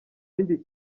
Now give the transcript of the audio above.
yindi